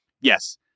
yes